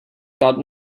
got